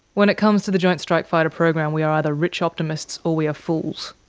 when it comes to the joint strike fighter program we are either rich optimists or we are fools?